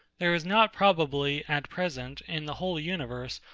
there is not probably, at present, in the whole universe,